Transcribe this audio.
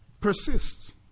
persists